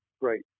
great